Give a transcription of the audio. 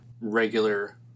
regular